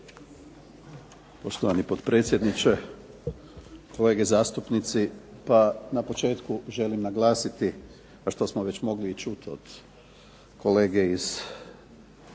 Poštovani potpredsjedniče, kolege zastupnici. Na početku želim naglasiti što smo već mogli i čuti od kolege iz